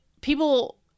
people